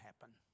happen